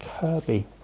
Kirby